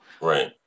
right